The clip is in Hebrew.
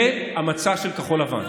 זה המצע של כחול לבן.